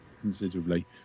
considerably